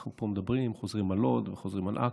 אנחנו מדברים פה, חוזרים ללוד ולעכו,